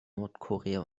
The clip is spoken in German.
nordkorea